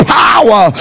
power